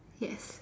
yes